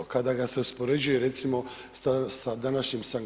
Kada ga se uspoređuje recimo sa današnjim St.